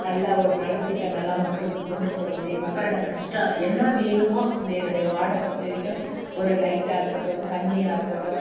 நல்ல ஒரு நலத்திட்டங்கள்லாம் மக்களுக்கு கொண்டு போறது மக்களோட கஷ்டம் என்ன வேணுமோ இந்த என்னுடைய வார்டை பொறுத்த வரைக்கும் ஒரு லைட்டாக இருக்கட்டும் தண்ணியாக இருக்கட்டும்